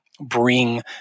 bring